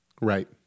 Right